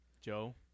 Joe